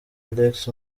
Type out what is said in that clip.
alex